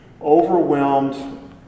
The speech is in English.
overwhelmed